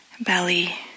belly